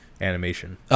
animation